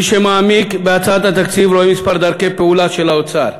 מי שמעמיק בהצעת התקציב רואה כמה דרכי פעולה של האוצר: